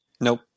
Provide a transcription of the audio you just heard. Nope